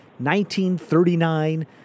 1939